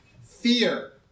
fear